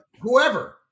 whoever